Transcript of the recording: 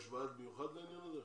יש ועד מיוחד לעניין הזה?